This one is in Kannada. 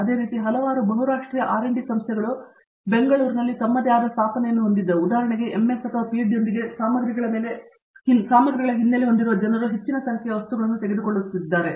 ಅದೇ ರೀತಿ ಹಲವಾರು ಬಹುರಾಷ್ಟ್ರೀಯ ಆರ್ ಡಿ ಸಂಸ್ಥೆಗಳು ಬೆಂಗಳೂರಿನಲ್ಲಿ ತಮ್ಮದೇ ಆದ ಸ್ಥಾಪನೆಯನ್ನು ಹೊಂದಿದ್ದವು ಉದಾಹರಣೆಗೆ ಎಂಎಸ್ ಅಥವಾ ಪಿಹೆಚ್ಡಿಯೊಂದಿಗೆ ಸಾಮಗ್ರಿಗಳ ಹಿನ್ನೆಲೆ ಹೊಂದಿರುವ ಜನರು ಹೆಚ್ಚಿನ ಸಂಖ್ಯೆಯ ವಸ್ತುಗಳನ್ನು ತೆಗೆದುಕೊಳ್ಳುತ್ತಿದ್ದಾರೆ